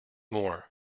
more